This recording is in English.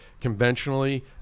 Conventionally